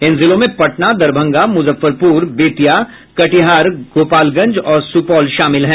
इन जिलों में पटना दरभंगा मुजफ्फरपुर बेतिया कटिहार गोपालगंज और सुपौल शामिल हैं